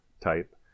type